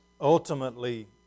ultimately